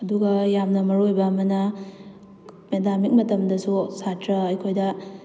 ꯑꯗꯨꯒ ꯌꯥꯝꯅ ꯃꯔꯨ ꯑꯣꯏꯕ ꯑꯃꯅ ꯄꯦꯟꯗꯥꯃꯤꯛ ꯃꯇꯝꯗꯁꯨ ꯁꯥꯇ꯭ꯔ ꯑꯩꯈꯣꯏꯗ